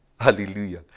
Hallelujah